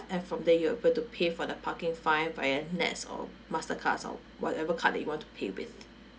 and from there you'll be able to pay for the parking fine via NETS or mastercards or whatever card that you want to pay with